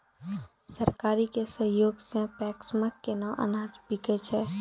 सरकार के सहयोग सऽ पैक्स मे केना अनाज बिकै छै?